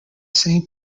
same